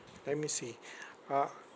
let me see uh